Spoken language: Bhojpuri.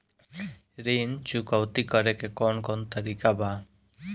ऋण चुकौती करेके कौन कोन तरीका बा?